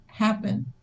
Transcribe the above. Happen